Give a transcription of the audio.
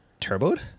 turboed